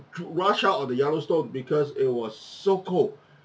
to rush out of the yellowstone because it was so cold